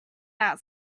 out